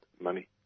money